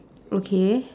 okay